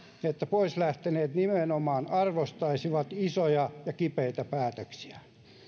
että pois lähteneet nimenomaan arvostaisivat isoja ja kipeitä päätöksiä